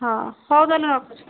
ହଁ ହଉ ତାହେଲେ ରଖୁଛି